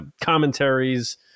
commentaries